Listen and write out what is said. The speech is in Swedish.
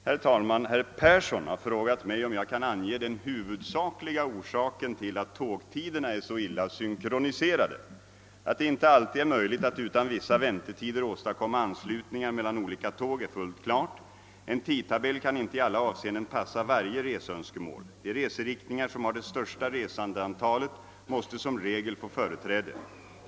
Herr talman! Herr Persson i Heden har frågat mig om jag kan ange den huvudsakliga orsaken till att tågtiderna är så illa synkroniserade. Att det inte alltid är möjligt att utan vissa väntetider åstadkomma anslutningar mellan olika tåg är fullt klart. En tidtabell kan inte i alla avseenden passa varje reseönskemål. De reseriktningar som har det största resandeantalet måste som regel få företräde.